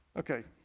okay.